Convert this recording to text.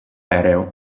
aereo